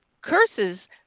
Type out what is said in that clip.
curses